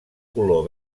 color